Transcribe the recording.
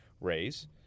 Rays